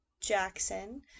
Jackson